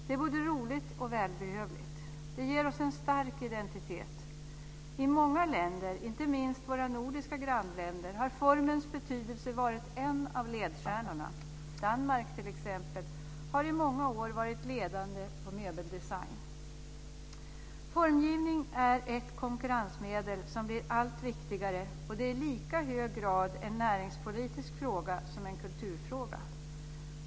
Det är både roligt och välbehövligt. Det ger oss en stark identitet. I många länder, inte minst i våra nordiska grannländer, har formens betydelse varit en av ledstjärnorna. Danmark har t.ex. i många år varit ledande på möbeldesign. Formgivning är ett konkurrensmedel som blir allt viktigare. Det är i lika hög grad en näringspolitisk fråga som en kulturfråga.